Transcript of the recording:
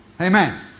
Amen